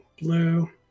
blue